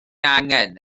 angen